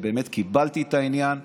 באמת קיבלתי את העניין.